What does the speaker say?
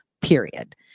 period